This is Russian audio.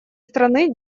страны